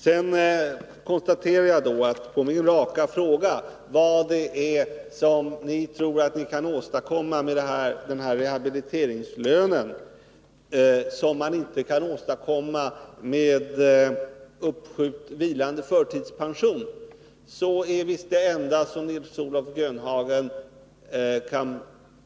Sedan konstaterar jag att när det gäller min raka fråga vad det är som ni tror att ni kan åstadkomma med den här rehabiliteringslönen som inte kan åstadkommas med vilande förtidspension, så är visst det enda som Nils-Olof Grönhagen kan